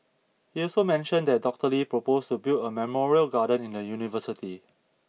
he also mentioned that Doctor Lee proposed to build a memorial garden in the university